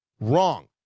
Wrong